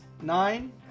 nine